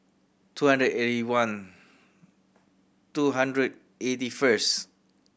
two hundred eighty one two hundred eighty first